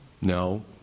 No